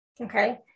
Okay